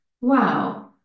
Wow